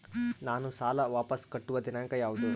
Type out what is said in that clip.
ನಾನು ಸಾಲ ವಾಪಸ್ ಕಟ್ಟುವ ದಿನಾಂಕ ಯಾವುದು?